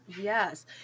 Yes